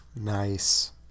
Nice